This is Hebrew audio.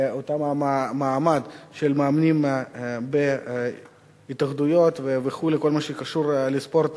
במעמד של המאמנים בהתאחדויות בכל מה שקשור לספורט